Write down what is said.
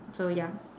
so ya